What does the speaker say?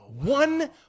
One